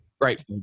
right